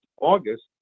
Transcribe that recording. August